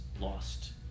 lost